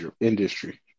industry